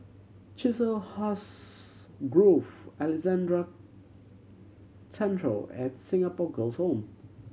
Chiselhurst Grove Alexandra Central and Singapore Girls' Home